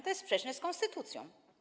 To jest sprzeczne z konstytucją.